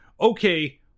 okay